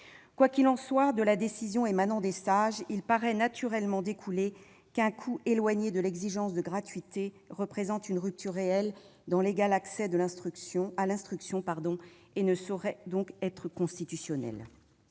Quoi qu'il en soit, de la décision émanant des Sages, il paraît naturellement découler qu'un coût éloigné de l'exigence de gratuité représente une rupture réelle dans l'égal accès à l'instruction et ne saurait donc être constitutionnel.